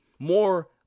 more